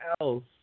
else